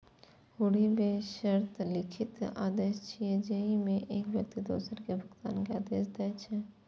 हुंडी बेशर्त लिखित आदेश छियै, जेइमे एक व्यक्ति दोसर कें भुगतान के आदेश दै छै